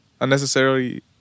unnecessarily